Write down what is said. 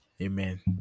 Amen